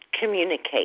communicate